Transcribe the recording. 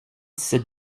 sept